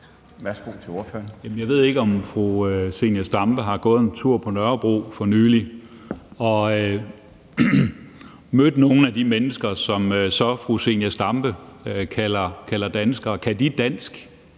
Jeg ved ikke, om fru Zenia Stampe har gået en tur på Nørrebro for nylig og mødt nogle af de mennesker, som fru Zenia Stampe kalder danskere. Kan nogle